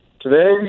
Today